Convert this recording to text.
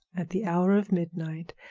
at the hour of midnight,